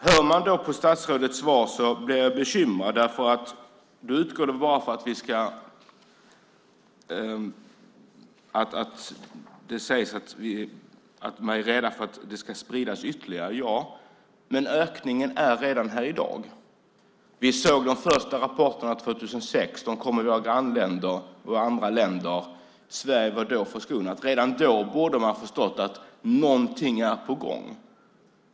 När jag då hör statsrådets svar blir jag bekymrad, därför att det enbart utgår från att man är rädd för att smittan ska spridas ytterligare. Men ökningen är redan här. Vi såg de första rapporterna 2006. De kom från våra grannländer och andra länder. Sverige var då förskonat. Redan då borde man ha förstått att någonting var på gång.